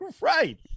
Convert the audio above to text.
Right